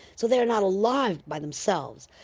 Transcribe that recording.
so they're not alive by themselves,